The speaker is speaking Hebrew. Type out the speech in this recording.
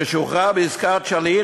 ששוחרר בעסקת שליט,